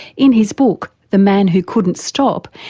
in his book, the man who couldn't stop,